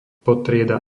podtrieda